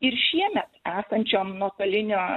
ir šiemet esančiom nuotolinio